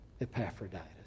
Epaphroditus